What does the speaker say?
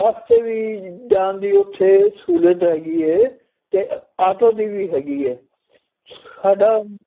ਬਸ ਵੀ ਜਾਣ ਦੀ ਉੱਥੇ ਸਹੂਲਤ ਹੈਗੀ ਹੈ ਅਤੇ ਆਟੋ ਦੀ ਵੀ ਹੈਗੀ ਹੈ ਸਾਡਾ